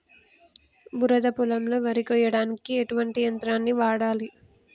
బురద పొలంలో వరి కొయ్యడానికి ఎటువంటి యంత్రాన్ని వాడాలి?